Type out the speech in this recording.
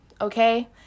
Okay